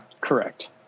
correct